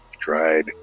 tried